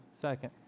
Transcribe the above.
second